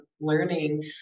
learning